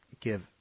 give